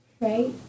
right